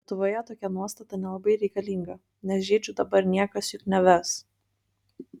lietuvoje tokia nuostata nelabai reikalinga nes žydžių dabar niekas juk neves